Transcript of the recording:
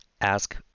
Ask